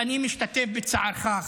להגיד: אני משתתפת בצערך,